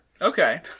Okay